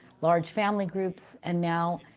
large family groups. and now,